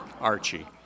Archie